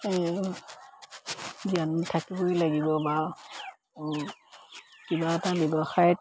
এই জ্ঞান থাকিব লাগিব বা কিবা এটা ব্যৱসায়ত